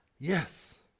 Yes